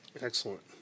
Excellent